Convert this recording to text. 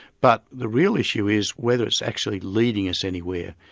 but the real issue is whether it's actually leading us anywhere,